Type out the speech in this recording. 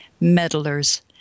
meddlers